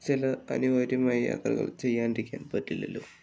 ചില അനിവാര്യമായ യാത്രകൾ ചെയ്യാണ്ടിരിക്കാൻപറ്റില്ലല്ലോ